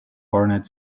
barnett